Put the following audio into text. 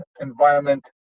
environment